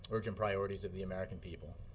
urgent priorities of the american people,